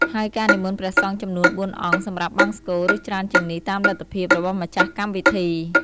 ហើយការនិមន្តព្រះសង្ឃចំនួន ៤ អង្គ សម្រាប់បង្សុកូល ឬច្រើនជាងនេះ តាមលទ្ធភាព របស់ម្ចាស់កម្មវិធី។